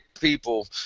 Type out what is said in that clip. People